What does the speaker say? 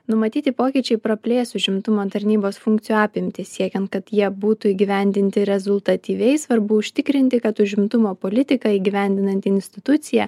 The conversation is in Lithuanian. numatyti pokyčiai praplės užimtumo tarnybos funkcijų apimtis siekiant kad jie būtų įgyvendinti rezultatyviai svarbu užtikrinti kad užimtumo politiką įgyvendinanti institucija